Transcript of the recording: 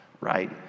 right